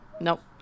nope